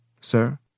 sir